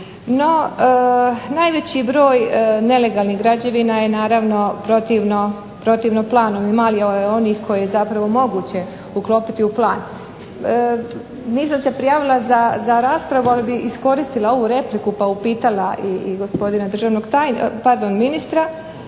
No najveći broj nelegalnih građevina je naravno protivno planu i malo je onih koje je zapravo moguće uklopiti u plan. Nisam se prijavila za raspravu, ali bih iskoristila ovu repliku pa upitala i ministra da mi objasni